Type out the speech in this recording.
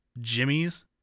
Jimmy's